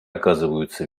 оказываются